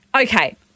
Okay